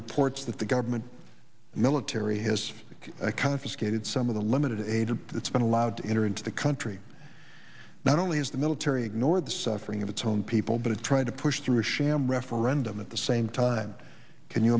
reports that the government the military has confiscated some of the limited aid that's been allowed to enter into the country not only is the military ignore the suffering of its own people but it's trying to push through a sham referendum at the same time can you